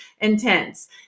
intense